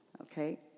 Okay